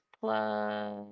plus